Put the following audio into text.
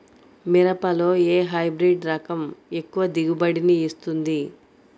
మిరపలో ఏ హైబ్రిడ్ రకం ఎక్కువ దిగుబడిని ఇస్తుంది?